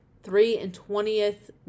three-and-twentieth